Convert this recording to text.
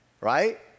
Right